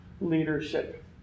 leadership